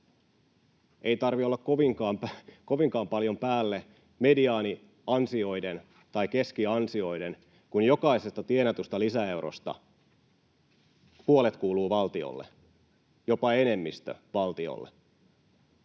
ei tarvitse olla kovinkaan paljon päälle keskiansioiden, kun jokaisesta tienatusta lisäeurosta puolet kuuluu valtiolle, jopa enemmistö kuuluu valtiolle.